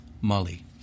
Molly